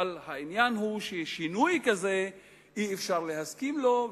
אבל העניין הוא ששינוי כזה אי-אפשר להסכים לו,